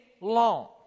long